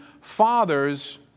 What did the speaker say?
fathers